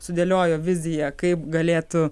sudėliojo viziją kaip galėtų